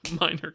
minor